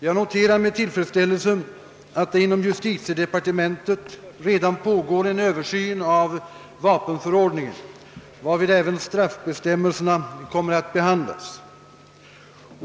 Jag noterar med tillfredsställelse att det inom justitiedepartementet redan pågår en översyn av vapenförordningen, varvid även straffbestämmelserna kommer att behandlas.